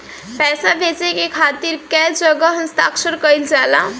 पैसा भेजे के खातिर कै जगह हस्ताक्षर कैइल जाला?